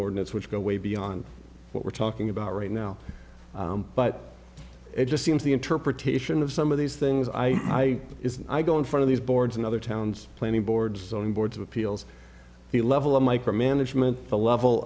ordinance which go way beyond what we're talking about right now but it just seems the interpretation of some of these things i i i go in front of these boards and other towns planning board zoning boards of appeals the level of micromanagement the level